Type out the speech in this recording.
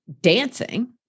dancing